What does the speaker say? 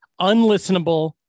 unlistenable